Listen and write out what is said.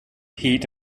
heat